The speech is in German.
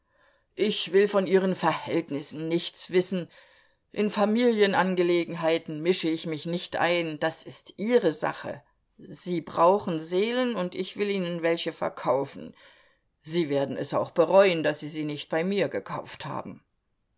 ich will von ihren verhältnissen nichts wissen in familienangelegenheiten mische ich mich nicht ein das ist ihre sache sie brauchen seelen und ich will ihnen welche verkaufen sie werden es auch bereuen daß sie sie nicht bei mir gekauft haben